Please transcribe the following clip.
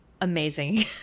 amazing